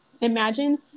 imagine